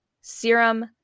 serum